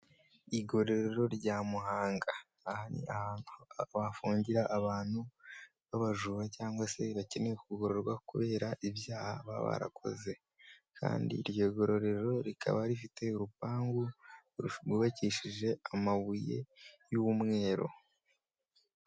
Igororero rya Muhanga, aha ni ahantu bafungira abantu b'abajura cyangwa se bakeneye kugororwa kubera ibyaha baba barakoze, kandi iryo gororero rikaba rifite urupangu rwubakishije amabuye y'umweru.